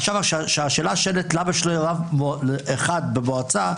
השאלה היא למה שלא יהיה רב אחד במועצה,